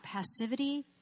passivity